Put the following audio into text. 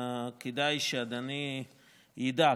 כדאי שאדוני ידע.